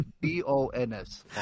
B-O-N-S